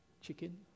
chicken